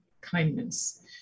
kindness